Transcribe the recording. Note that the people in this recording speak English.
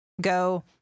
go